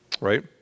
right